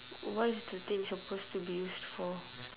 what is the thing supposed to be used for